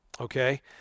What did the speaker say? Okay